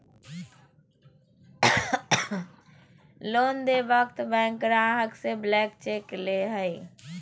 loan देय वक्त bank ग्राहक से ब्लैंक चेक ले हइ